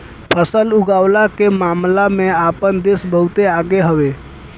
फसल उगवला के मामला में आपन देश बहुते आगे हवे